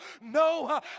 No